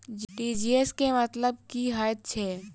TGS केँ मतलब की हएत छै?